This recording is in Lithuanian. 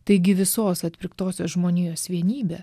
taigi visos atpirktosios žmonijos vienybė